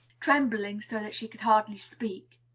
trembling so that she could hardly speak.